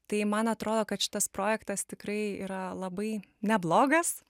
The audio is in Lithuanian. tai man atrodo kad šitas projektas tikrai yra labai neblogas